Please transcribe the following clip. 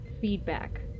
feedback